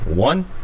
One